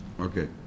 Okay